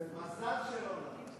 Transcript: מזל שלא נתת.